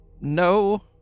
No